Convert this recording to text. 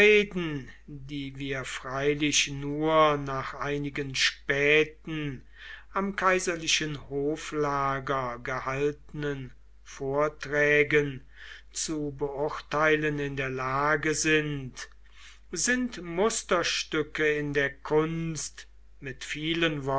die wir freilich nur nach einigen späten am kaiserlichen hoflager gehaltenen vorträgen zu beurteilen in der lage sind sind musterstücke in der kunst mit vielen